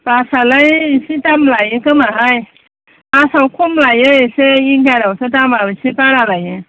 बासालाय एसे दाम लायोखोमाहाय बासा खम लायो एसे उइंगारावसो दामा एसे बारा लायो